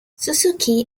suzuki